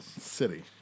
city